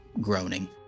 groaning